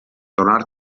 donar